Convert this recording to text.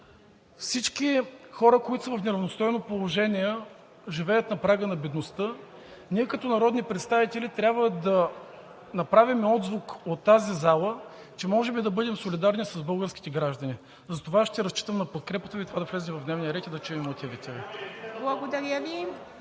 всички хора, които са в неравностойно положение, живеят на прага на бедността, ние като народни представители трябва да направим отзвук от тази зала, че можем да бъдем солидарни с българските граждани. Затова ще разчитам на подкрепата Ви да влезе в дневния ред и да чуем мотивите.